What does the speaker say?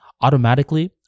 automatically